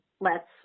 lets